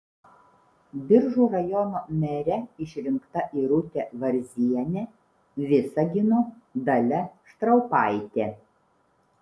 biržų rajono mere išrinkta irutė varzienė visagino dalia štraupaitė